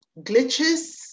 glitches